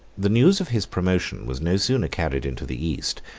the news of his promotion was no sooner carried into the east,